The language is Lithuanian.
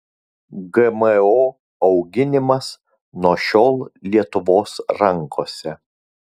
gmo auginimas nuo šiol lietuvos rankose